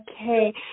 Okay